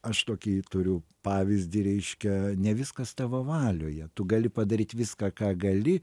aš tokį turiu pavyzdį reiškia ne viskas tavo valioje tu gali padaryt viską ką gali